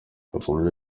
yakomeje